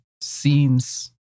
scenes